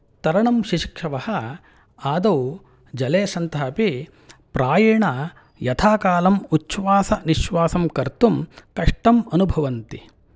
तरणं शिशुक्षवः आदौ जले सन्तः अपि प्रायेण यथाकालम् उच्छ्वासविश्वासं कर्तुं कष्टम् अनुभवन्ति